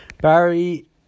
Barry